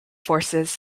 forces